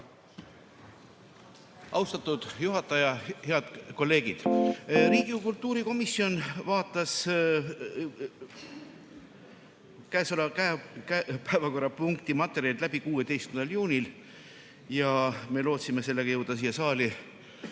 Austatud juhataja! Head kolleegid! Riigikogu kultuurikomisjon vaatas selle päevakorrapunkti materjalid läbi 16. juunil, ja me lootsime sellega jõuda siia saali